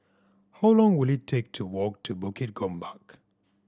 how long will it take to walk to Bukit Gombak